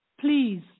please